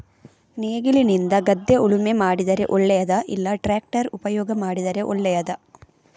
ನೇಗಿಲಿನಿಂದ ಗದ್ದೆ ಉಳುಮೆ ಮಾಡಿದರೆ ಒಳ್ಳೆಯದಾ ಇಲ್ಲ ಟ್ರ್ಯಾಕ್ಟರ್ ಉಪಯೋಗ ಮಾಡಿದರೆ ಒಳ್ಳೆಯದಾ?